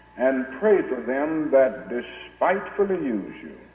and pray for them that despitefully use you